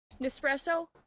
nespresso